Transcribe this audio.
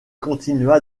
continua